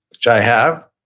which i have